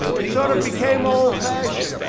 it sort of became old-fashioned.